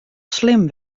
slim